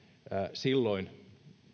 silloin